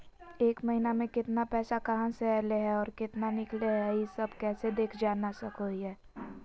एक महीना में केतना पैसा कहा से अयले है और केतना निकले हैं, ई सब कैसे देख जान सको हियय?